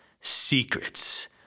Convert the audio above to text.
secrets